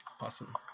Awesome